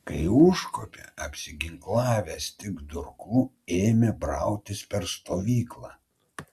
kai užkopė apsiginklavęs tik durklu ėmė brautis per stovyklą